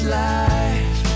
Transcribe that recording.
life